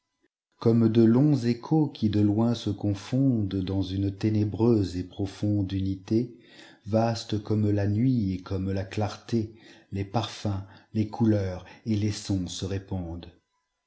comme de longs échos qui de loin se confondent dans une ténébreuse et profonde unité vaste comme la nuit et comme la clarté les parfums les couleurs et les sons se répondent